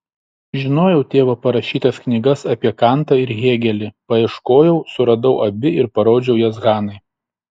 žinojau tėvo parašytas knygas apie kantą ir hėgelį paieškojau suradau abi ir parodžiau jas hanai